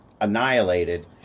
annihilated